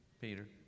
Peter